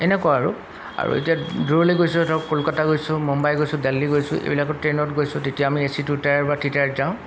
এনেকুৱা আৰু আৰু এতিয়া দূৰলৈ গৈছোঁ ধৰক কলকাতা গৈছোঁ মুম্বাই গৈছোঁ দেলহি গৈছোঁ এইবিলাকৰ ট্ৰেইনত গৈছোঁ তেতিয়া আমি এ চি টু টায়াৰ বা থ্ৰী টায়াৰত যাওঁ